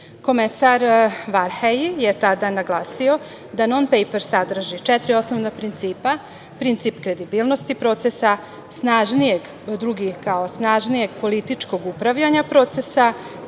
Varhelji je tada naglasio da „non-paper“ sadrži četiri osnovna principa: princip kredibilnosti procesa, drugi kao snažnijeg političkog upravljanja procesa,